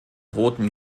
roten